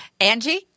Angie